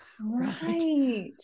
Right